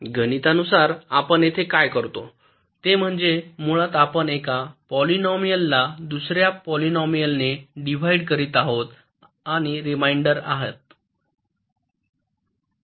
गणितानुसार आपण येथे काय करतो ते म्हणजे मुळात आपण एका पॉलिनोमियाल ला दुसऱ्या पॉलिनोमियालने डिव्हाइड करीत आहोत आणि रिमाइंडर आहोत